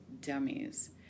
dummies